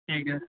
ठीक ऐ